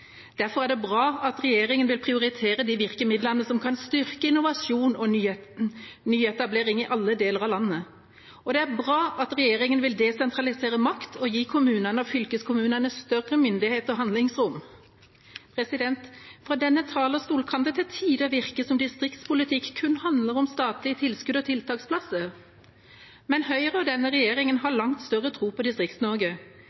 Derfor er det bra at regjeringen vil prioritere de virkemidlene som kan styrke innovasjon og nyetablering i alle deler av landet, og det er bra at regjeringen vil desentralisere makt og gi kommunene og fylkeskommunene større myndighet og handlingsrom. Fra denne talerstolen kan det til tider virke som om distriktspolitikk kun handler om statlige tilskudd og tiltaksplasser, men Høyre og denne regjeringen